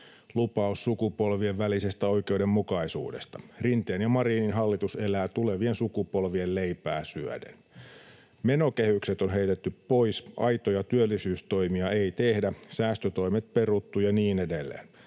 lupaus sukupolvien välisestä oikeudenmukaisuudesta. Rinteen ja Marinin hallitus elää tulevien sukupolvien leipää syöden. Menokehykset on heitetty pois, aitoja työllisyystoimia ei tehdä, säästötoimet on peruttu ja niin edelleen.